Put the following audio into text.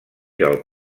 del